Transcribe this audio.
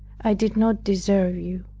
i did not deserve you.